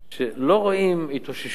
ולא רואים התאוששות.